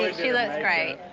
she looks great.